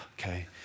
Okay